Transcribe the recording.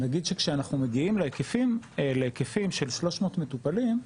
נגיד שכשאנחנו מגיעים להיקפים של 300 מטופלים,